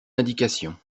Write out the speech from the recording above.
indications